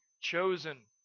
chosen